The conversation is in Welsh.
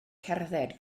cerdded